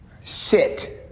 sit